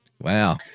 Wow